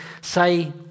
say